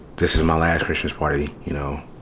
this is my last christmas party, you know.